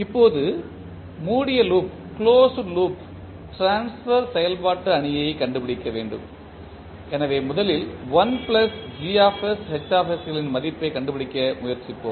இப்போது மூடிய loop transfer செயல்பாடு அணியைக் கண்டுபிடிக்க வேண்டும் எனவே முதலில் களின் மதிப்பைக் கண்டுபிடிக்க முயற்சிப்போம்